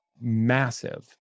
massive